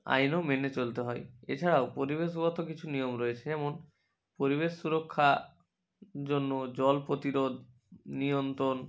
আইনও মেনে চলতে হয় এছাড়াও পরিবেশগত কিছু নিয়ম রয়েছে যেমন পরিবেশ সুরক্ষা জন্য জল প্রতিরোধ নিয়ন্ত্রণ